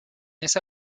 esa